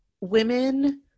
women